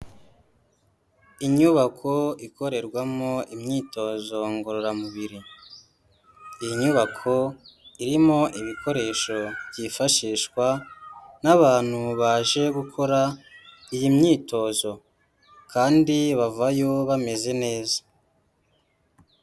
Inyubako ikorerwamo imyitozo ngororamubiri, iyi inyubako irimo ibikoresho byifashishwa n'abantu baje gukora iyi myitozo kandi bavayo bameze neza.